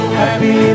happy